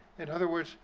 in other words,